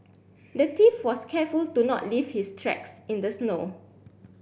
the thief was careful to not leave his tracks in the snow